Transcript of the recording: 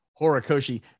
Horikoshi